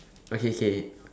okay K